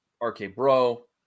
RK-Bro